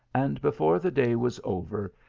and before the day was over,